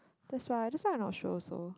that's why that's why I not sure also